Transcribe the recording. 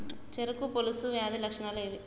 చెరుకు పొలుసు వ్యాధి లక్షణాలు ఏవి?